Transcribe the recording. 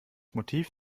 motiv